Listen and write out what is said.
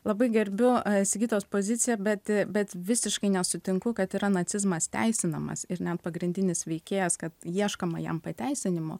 labai gerbiu sigitos poziciją bet bet visiškai nesutinku kad yra nacizmas teisinamas ir ne pagrindinis veikėjas kad ieškoma jam pateisinimo